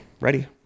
Ready